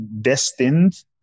destined